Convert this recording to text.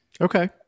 Okay